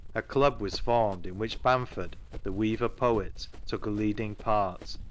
a club was formed in which bamford, the weaver-poet, took a leading part.